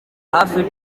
hafi